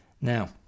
Now